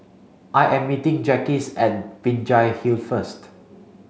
I am meeting Jacquez at Binjai Hill first